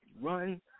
run